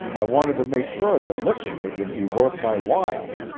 i wanted to make sure that lifting it would be worth my while,